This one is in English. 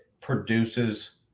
produces